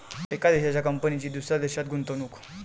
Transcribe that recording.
एका देशाच्या कंपनीची दुसऱ्या देशात गुंतवणूक